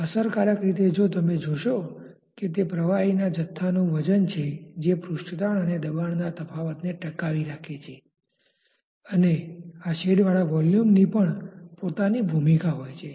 અસરકારક રીતે જો તમે જોશો કે તે પ્રવાહીના જથ્થાનું વજન જે છે એ પૃષ્ઠતાણ અને દબાણના તફાવતને ટકાવી રાખે છે અને આ શેડવાળા વોલ્યુમની પણ પોતાની ભૂમિકા હોય છે